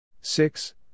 Six